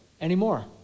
anymore